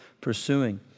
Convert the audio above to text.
pursuing